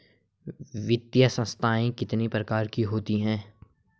वित्तीय संस्थाएं कितने प्रकार की होती हैं?